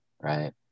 right